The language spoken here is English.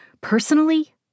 personally